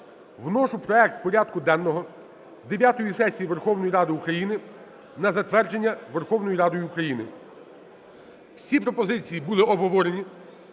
вношу проект порядку денного дев'ятої сесії Верховної Ради України на затвердження Верховною Радою України. Всі пропозиції були обговорені,